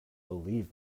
believe